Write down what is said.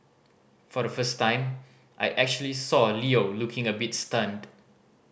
for the first time I actually saw Leo looking a bit stunned